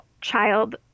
child